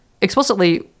explicitly